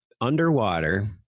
underwater